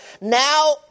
now